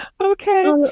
Okay